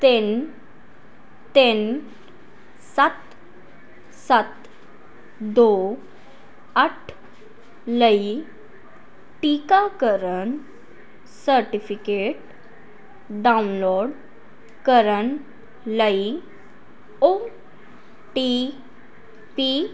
ਤਿੰਨ ਤਿੰਨ ਸੱਤ ਸੱਤ ਦੋ ਅੱਠ ਲਈ ਟੀਕਾਕਰਨ ਸਰਟੀਫਿਕੇਟ ਡਾਊਨਲੋਡ ਕਰਨ ਲਈ ਓ ਟੀ ਪੀ